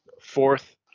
Fourth